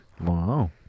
Wow